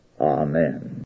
Amen